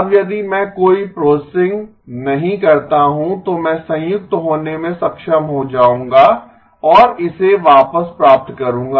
अब यदि मैं कोई प्रोसेसिंग नहीं करता हूं तो मैं संयुक्त होने में सक्षम हो जाऊंगा और इसे वापस प्राप्त करूंगा